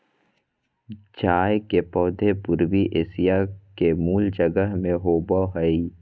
चाय के पौधे पूर्वी एशिया के मूल जगह में होबो हइ